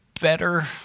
better